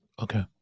okay